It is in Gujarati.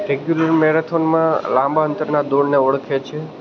રેગ્યુલર મેરેથોનમાં લાંબા અંતરના દોડને ઓળખે છે